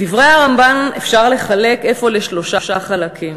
את דברי הרמב"ן אפשר לחלק אפוא לשלושה חלקים: